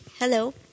Hello